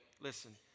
listen